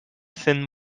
thin